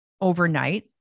overnight